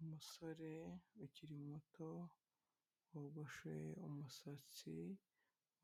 Umusore ukiri muto wogoshe umusatsi